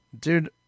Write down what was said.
Dude